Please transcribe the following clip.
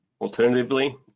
Alternatively